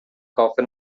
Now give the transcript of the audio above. coffin